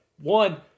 One